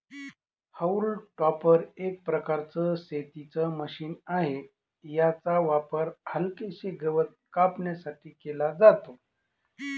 haulm टॉपर एक प्रकारचं शेतीच मशीन आहे, याचा वापर हलकेसे गवत कापण्यासाठी केला जातो